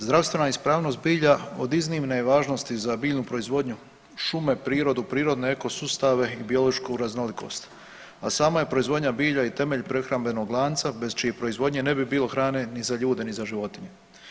Zdravstvena ispravnost bilja od iznimne je važnosti za biljnu proizvodnju šume, prirodu, prirodne eko sustave i biološku raznolikost, a sama je proizvodnja bilja i temelj prehrambenog lanca bez čije proizvodnje ne bi bilo hrane ni za ljude, ni za životinje.